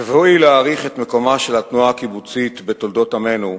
בבואי להעריך את מקומה של התנועה הקיבוצית בתולדות עמנו,